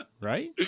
right